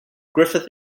griffith